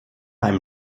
einem